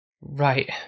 Right